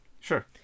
Sure